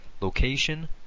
location